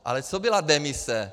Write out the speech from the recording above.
Ale co byla demise?